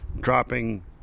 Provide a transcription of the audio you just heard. dropping